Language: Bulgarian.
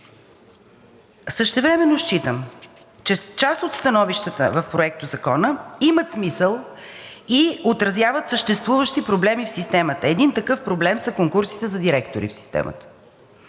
Същевременно считам, че част от становищата в Проектозакона имат смисъл и отразяват съществуващи проблеми в системата. Един такъв проблем са конкурсите за директори в системата.